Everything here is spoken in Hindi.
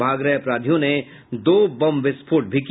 भाग रहे अपराधियों ने दो बम विस्फोट भी किया